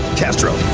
castro.